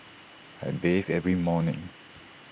I bathe every morning